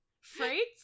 freights